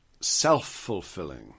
self-fulfilling